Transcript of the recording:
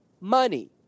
money